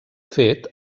fet